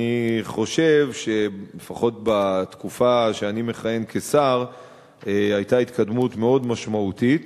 אני חושב שלפחות בתקופה שאני מכהן כשר היתה התקדמות מאוד משמעותית.